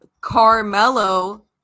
Carmelo